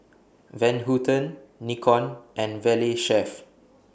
Van Houten Nikon and Valley Chef